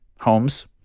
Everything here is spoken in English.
homes